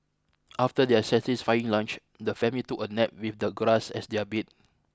after their satisfying lunch the family took a nap with the grass as their bed